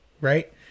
right